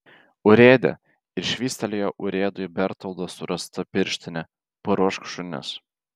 urėde ir švystelėjo urėdui bertoldo surastą pirštinę paruošk šunis